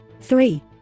Three